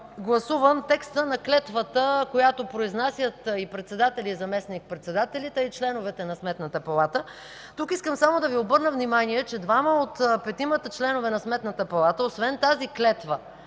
гласуван текстът на клетвата, която произнасят председателят, заместник-председателите, а и членовете на Сметната палата. Тук искам само да Ви обърна внимание, че двама от петимата члена на Сметната палата, освен тази клетва,